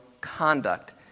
conduct